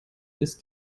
ist